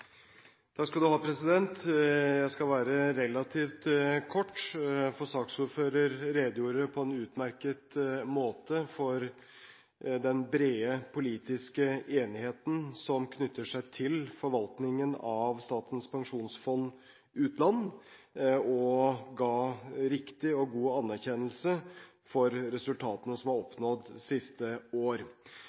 Jeg skal være relativt kort, for saksordføreren redegjorde på en utmerket måte for den brede politiske enigheten som knytter seg til forvaltningen av Statens pensjonsfond utland, og ga riktig og god anerkjennelse for resultatene som er oppnådd siste år.